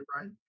right